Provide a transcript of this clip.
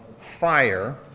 Fire